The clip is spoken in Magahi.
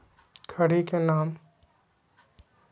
खड़ी के नाम?